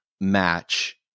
match